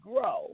grow